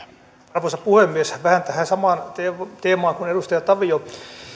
arvoisa puhemies vähän tähän samaan teemaan kuin edustaja tavio